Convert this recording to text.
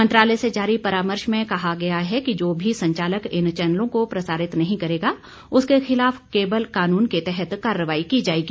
मंत्रालय से जारी परामर्श में कहा गया है कि जो भी संचालक इन चैनलों को प्रसारित नहीं करेगा उसके खिलाफ केबल कानून के तहत कार्रवाई की जायेगी